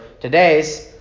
today's